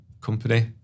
company